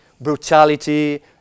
brutality